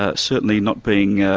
ah certainly not being